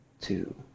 two